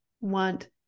want